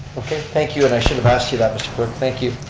okay thank you, and i should have asked you that mr. clerk. thank you.